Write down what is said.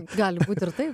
gali būt ir taip